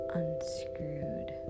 unscrewed